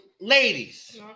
ladies